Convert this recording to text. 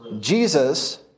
Jesus